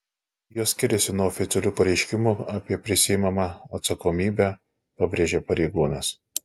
jos skiriasi nuo oficialių pareiškimų apie prisiimamą atsakomybę pabrėžė pareigūnas